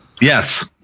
Yes